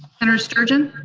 senator sturgeon?